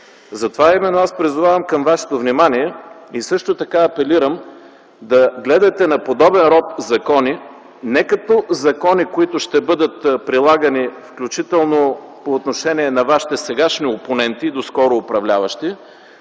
Затова именно аз призовавам към вашето внимание и също така апелирам да гледате на подобен род закони не като на закони, които ще бъдат прилагани, включително по отношение на вашите сегашни опоненти, доскоро управляващи,